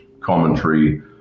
commentary